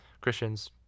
Christians